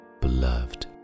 beloved